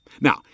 Now